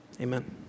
amen